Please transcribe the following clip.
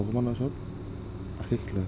ভগৱানৰ ওচৰত আশীষ লয়